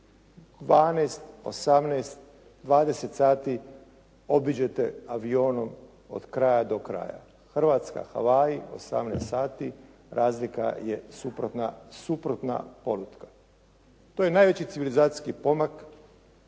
12, 18, 20 sati obiđete avionom od kraja do kraja. Hrvatska – Havaji 18 sati, razlika je suprotna polutka. To je najveći civilizacijski pomak